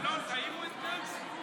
אלון, תעירו את גנץ.